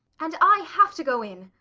and i have to go in!